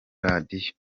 radio